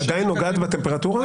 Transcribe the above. היא עדיין נוגעת בטמפרטורה?